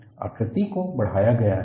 आकृति को बढ़ाया गया है